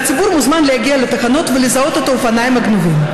והציבור מוזמן להגיע לתחנות ולזהות את האופניים הגנובים.